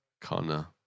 Connor